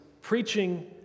preaching